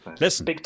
Listen